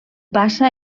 passa